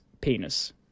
penis